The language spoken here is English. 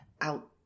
out